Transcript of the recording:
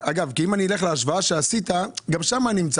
אגב, אם אני אלך להשוואה שעשית, גם שם אני אמצא.